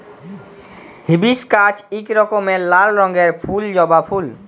hibiscus ইক রকমের লাল রঙের ফুল জবা ফুল